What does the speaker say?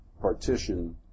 partition